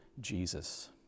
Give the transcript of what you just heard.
Jesus